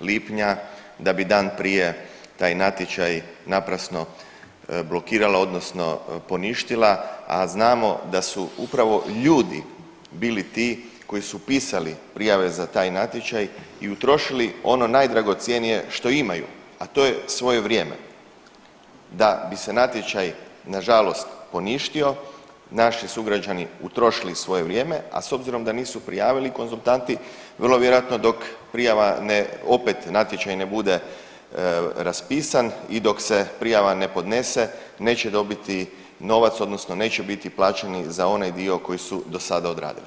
lipnja da bi dan prije taj natječaj naprasno blokirala, odnosno poništila, a znamo da su upravo ljudi bili ti koji su pisali prijave za taj natječaj i utrošili ono najdragocjenije što imaju, a to je svoje vrijeme da bi se natječaj na žalost poništio, naši sugrađani utrošili svoje vrijeme, a s obzirom da nisu prijavili konzultanti vrlo vjerojatno dok prijava ne, opet natječaj ne bude raspisan i dok se prijava ne podnese neće dobiti novac, odnosno neće biti plaćeni za onaj dio koji su do sada odradili.